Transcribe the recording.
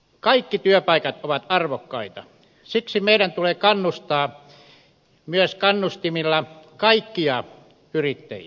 kaikki työpaikat ovat arvokkaita siksi meidän tulee kannustaa myös kannustimilla kaikkia yrittäjiä